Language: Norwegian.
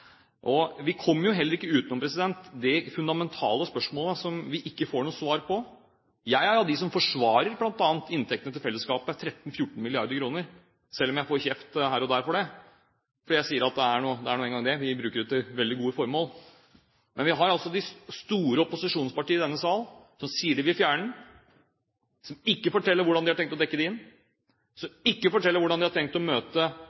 Vi kommer jo heller ikke utenom det fundamentale spørsmålet som vi ikke får noe svar på. Jeg er av dem som forsvarer bl.a. inntektene til fellesskapet, at de er på 13–14 mrd. kr, selv om jeg får kjeft her og der for det. Jeg sier at det er nå en gang det, og vi bruker det til veldig gode formål. Men vi har altså de store opposisjonspartiene i denne salen som sier de vil fjerne den, og som ikke forteller hvordan de har tenkt å dekke det inn, som ikke forteller hvordan de har tenkt å møte